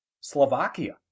Slovakia